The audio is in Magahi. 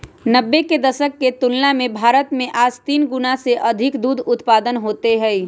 नब्बे के दशक के तुलना में भारत में आज तीन गुणा से अधिक दूध उत्पादन होते हई